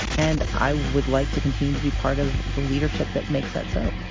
and i would like to continue to be part of the leadership that makes that so